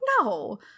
no